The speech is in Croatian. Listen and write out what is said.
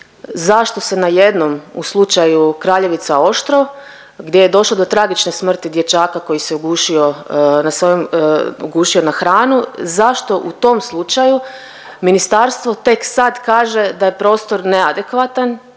zašto se na jednom u slučaju Kraljevica Oštro, gdje je došlo do tragične smrti dječaka koji se ugušio na hranu, zašto u tom slučaju ministarstvo tek sad kaže da je prostor neadekvatan.